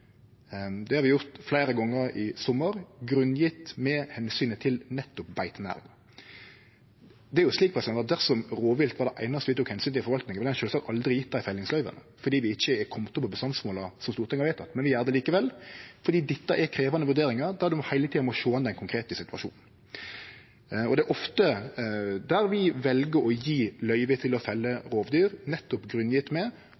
Det har vi gjort fleire gonger i sommar, grunngjeve omsynet til nettopp beitenæringa. Dersom rovvilt var det einaste vi tok omsyn til i forvaltninga, hadde ein sjølvsagt aldri gjeve eit fellingsløyve, for vi er ikkje komne opp til bestandsmålet Stortinget har vedteke. Men vi gjer det likevel, for dette er krevjande vurderingar der ein heile tida må sjå an den konkrete situasjonen. Og det er ofte vi vel å gje løyve til å felle rovdyr, nettopp grunngjeve med